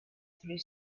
through